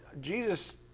Jesus